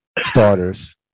starters